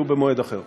יהיו במועד אחר.